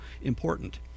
important